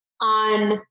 on